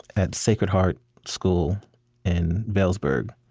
at sacred heart school in vailsburg,